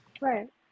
right